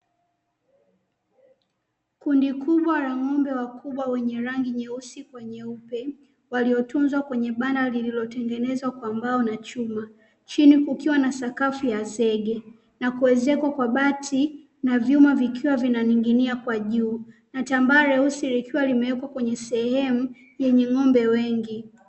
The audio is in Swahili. Kundi kubwa la ng'ombe wakubwa wenye rangi nyeusi kwa nyeupe, waliotunzwa kwenye banda lililotengenezwa kwa mbao na chuma. Chini kukiwa na sakafu ya zege, na kuezekwa kwa bati na vyuma vikiwa vinaning'inia kwa juu. Na tambara jeusi likiwa limewekwa kwenye sehemu yenye ng'ombe wengi.